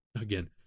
again